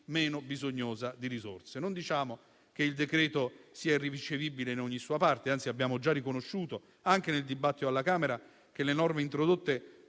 meno bisognosa di risorse. Non diciamo che il decreto-legge sia irricevibile in ogni sua parte; anzi, abbiamo già riconosciuto, anche nel dibattito svoltosi alla Camera, che le norme introdotte